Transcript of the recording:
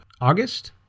August